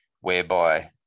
whereby